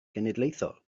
genedlaethol